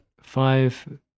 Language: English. five